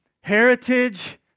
heritage